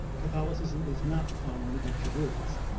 catholicism is not following a bunch of rules.